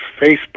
Facebook